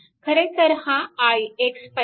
खरेतर हा ix पाहिजे